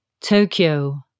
Tokyo